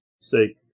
say